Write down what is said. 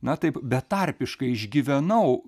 na taip betarpiškai išgyvenau